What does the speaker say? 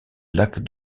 lac